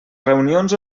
reunions